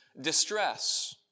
distress